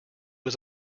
was